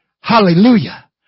Hallelujah